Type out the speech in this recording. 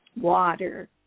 water